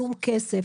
כלום כסף.